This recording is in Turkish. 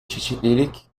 çeşitlilik